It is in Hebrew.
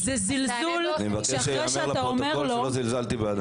אני מבקש שיאמר לפרוטוקול שלא זלזלתי באדם.